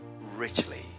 richly